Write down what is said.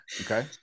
Okay